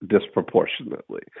disproportionately